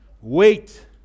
wait